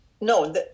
no